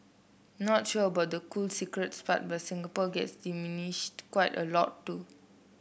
not sure about the cool secrets part but Singapore gets dismissed quite a lot too